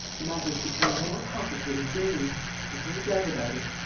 the matter is becoming more complicated daily there's no doubt about it.